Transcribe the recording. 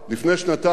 לפני שנתיים